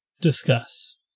discuss